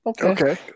Okay